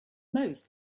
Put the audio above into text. most